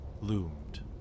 loomed